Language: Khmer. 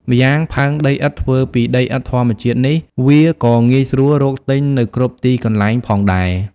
ម្យ៉ាងផើងដីឥដ្ឋធ្វើពីដីឥដ្ឋធម្មជាតិនេះ វាក៏ងាយស្រួលរកទិញនៅគ្រប់ទីកន្លែងផងដែរ ។